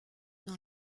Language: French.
dans